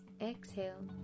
exhale